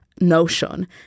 notion